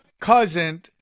cousin